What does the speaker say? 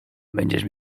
będziesz